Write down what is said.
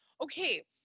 okay